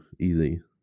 Easy